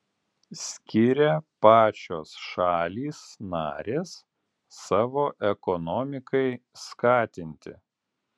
skiria pačios šalys narės savo ekonomikai skatinti